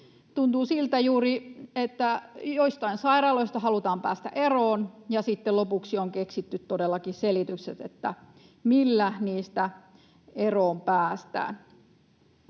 Tuntuu siltä juuri, että joistain sairaaloista halutaan päästä eroon ja sitten lopuksi on keksitty todellakin selitykset, millä niistä eroon päästään.